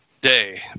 day